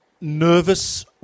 nervous